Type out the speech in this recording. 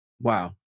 Wow